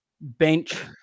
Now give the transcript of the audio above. bench